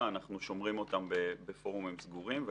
אנחנו שומרים אותם בפורומים סגורים.